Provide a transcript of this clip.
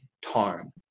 tone